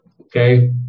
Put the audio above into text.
Okay